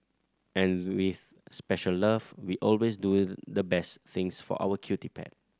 and with special love we always do the best things for our cutie pet